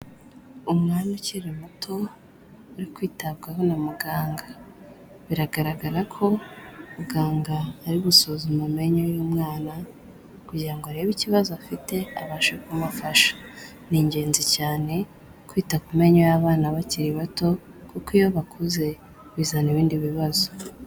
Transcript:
Umwana ukiri muto uri kwitabwaho na muganga, biragaragara ko muganga ari gusuzuma amenyo y'umwana kugira ngo arebe ikibazo afite abashe kumufasha, ni ingenzi cyane kwita ku menyo y'abana bakiri bato kuko iyo bakuze, bizana ibindi bibazo.